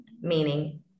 meaning